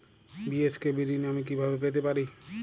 BSKB ঋণ আমি কিভাবে পেতে পারি?